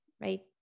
right